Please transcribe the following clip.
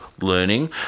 learning